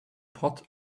pot